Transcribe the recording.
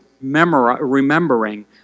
remembering